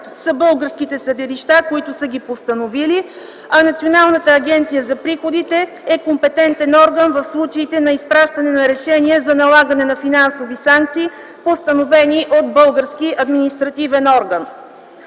са българските съдилища, които са ги постановили. Националната агенция за приходите е компетентен орган в случаите на изпращане на решения за налагане на финансови санкции, постановени от български административен орган.